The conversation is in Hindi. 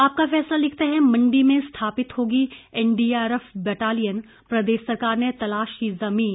आपका फैसला लिखता है मंडी में स्थापित होगी एनडीआरएफ बटालियन प्रदेश सरकार ने तलाश की जमीन